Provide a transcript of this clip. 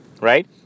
right